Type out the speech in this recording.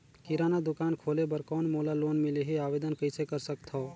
किराना दुकान खोले बर कौन मोला लोन मिलही? आवेदन कइसे कर सकथव?